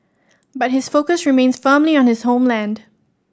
but his focus remains firmly on his homeland